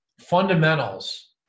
fundamentals